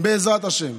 בעזרת השם.